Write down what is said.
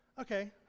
Okay